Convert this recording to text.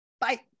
Bye